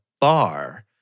bar